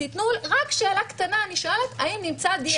רק שאלה קטנה נשאל האם נמצא דנ"א.